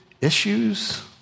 issues